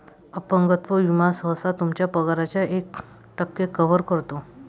अपंगत्व विमा सहसा तुमच्या पगाराच्या एक टक्के कव्हर करतो